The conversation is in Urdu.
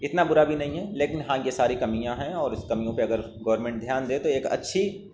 اتنا برا بھی نہیں ہے لیکن ہاں یہ ساری کمیاں ہیں اور اس کمیوں کو اگر گورنمنٹ دھیان دے تو ایک اچھی